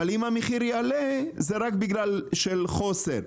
אבל אם המחיר יעלה זה רק בגלל של חוסר.